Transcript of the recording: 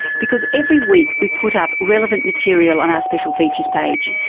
because every week we put up relevant material on our special features page,